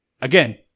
Again